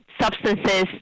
substances